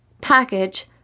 Package